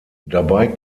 dabei